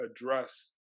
address